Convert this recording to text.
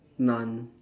none